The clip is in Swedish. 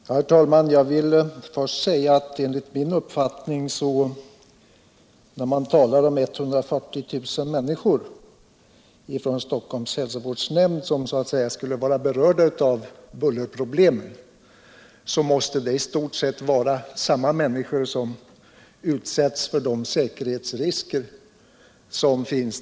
Herr talman! Jag vill först säga att de 140 000 människor som Stockholms hälsovårdsnämnd säger skulle vara berörda av bullerproblemet enligt min uppfattning måste vara i stort sett samma människor som de som utsatts för säkerhetsriskerna.